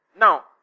Now